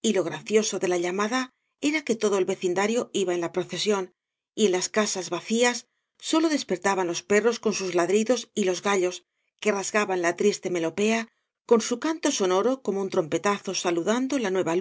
y lo gracioso de la llamada era que todo el vecindario iba en la procesión y en las casas vacías sólo despertaban los perros con us ladridos y los gallos que rasgaban la triste melopea con bu canto sonoro como ua trompetazo saludando la nueva